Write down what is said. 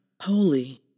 holy